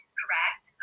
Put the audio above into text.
correct